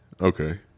Okay